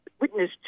Witness